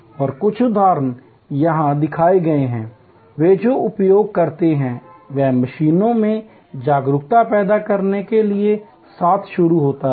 और कुछ उदाहरण यहां दिखाए गए हैं वे जो उपयोग करते हैं वह मरीजों में जागरूकता पैदा करने के साथ शुरू होता है